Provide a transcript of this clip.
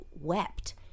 wept